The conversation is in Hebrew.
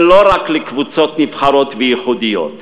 ולא רק לקבוצות נבחרות וייחודיות.